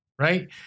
right